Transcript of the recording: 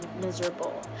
miserable